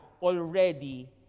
already